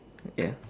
ya